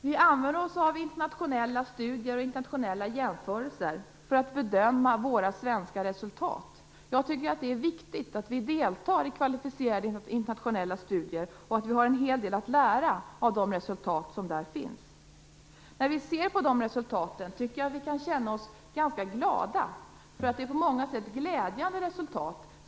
Vi använder oss av internationella studier och internationella jämförelser för att bedöma våra svenska resultat. Jag tycker att det är viktigt att vi deltar i kvalificerade internationella studier och att vi har en hel del att lära av de resultat som där finns. När vi ser på de resultaten kan vi känna oss ganska glada. Det är på många sätt glädjande resultat.